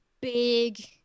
big